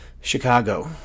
Chicago